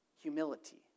Humility